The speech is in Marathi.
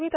व्ही